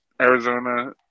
Arizona